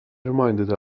reminded